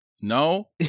No